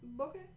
Okay